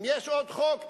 אם יש עוד חוק,